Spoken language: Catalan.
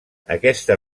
aquesta